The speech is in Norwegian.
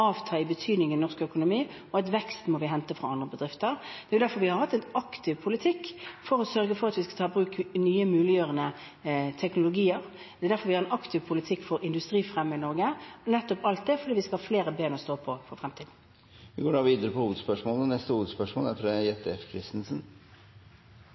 avta i betydning i norsk økonomi, og at vi må hente vekst fra andre bedrifter. Det er derfor vi har hatt en aktiv politikk for å sørge for at vi skal ta i bruk nye, muliggjørende teknologier. Det er derfor vi har en aktiv politikk for å fremme industri i Norge. Det er for at vi skal ha flere ben å stå på i fremtiden. Vi går til neste hovedspørsmål. Samlokalisering av nødsentraler og